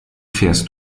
fährst